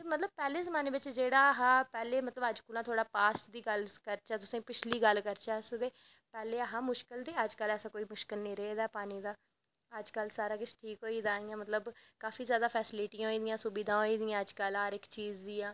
पैह्ले जमाने च जेह्ड़ा हा मतलव अग्ग कोला दा मतलव थोह्ड़ा पास्ट दी गल्ल करचै तुसें पिछली गल्ल करचै अस ते पैह्लें ऐहा मुश्कल ते अज्ज कल कोई मुश्कल नी रेह्दा पानी दा अज्ज कल सब किश ठीक होई दा इयां मतलव काफी जादा फैसलिटियां होई दियां सुविधां होई दियां अज्ज कल हर इक चीज दियां